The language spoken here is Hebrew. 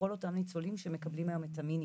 לכל אותם ניצולים שמקבלים היום את המינימום,